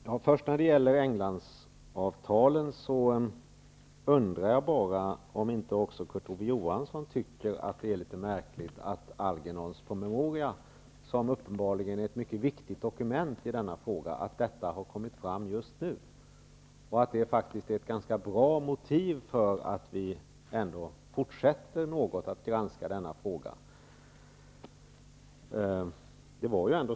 Herr talman! När det gäller Englandsavtalen undrar jag om inte även Kurt Ove Johansson tycker att det är litet märkligt att Algernons promemoria, som uppenbarligen är ett mycket viktigt dokument i denna fråga, har kommit fram just nu och att det faktiskt är ett ganska bra motiv för att vi ändå fortsätter att granska denna fråga.